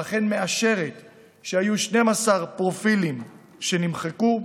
שאכן מאשר שהיו 12 פרופילים שנמחקו,